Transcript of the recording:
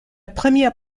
première